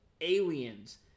Aliens